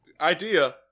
idea